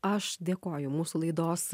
aš dėkoju mūsų laidos